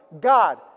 God